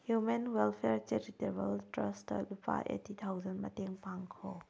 human welfare charitable trust ꯂꯨꯄꯥ eighty thousand ꯃꯇꯦꯡ ꯄꯥꯡꯈꯣ